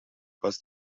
poste